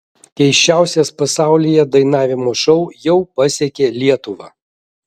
keisčiausias pasaulyje dainavimo šou jau pasiekė lietuvą